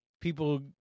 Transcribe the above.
people